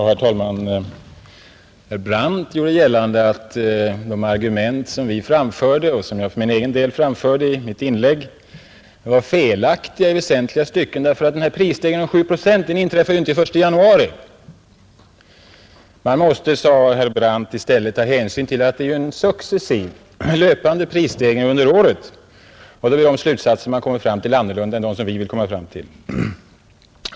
Herr talman! Herr Brandt gjorde gällande att de argument som vi fört fram och som jag själv anförde i mitt inlägg var i väsentliga stycken felaktiga, därför att denna prisstegring på 7 procent inte inträffar den 1 januari. Man måste, sade herr Brandt, i stället ta hänsyn till att det är en löpande prisstegring under året, och då blir slutsatserna annorlunda än vad vi angivit.